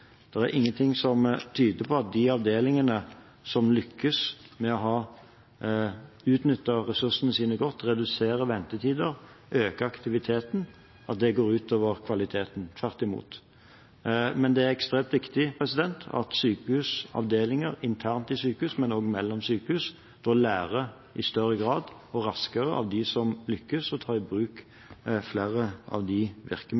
er det ingenting som tyder på at de avdelingene som lykkes med å ha utnyttet ressursene godt, redusert ventetider og økt aktiviteten, går ut over kvaliteten. Men det er ekstremt viktig at sykehus – avdelinger internt i sykehus, og også sykehus seg imellom – i større grad og raskere lærer av dem som lykkes og lærer å ta i bruk